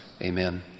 Amen